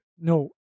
No